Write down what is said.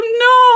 no